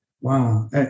wow